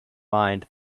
mind